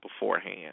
beforehand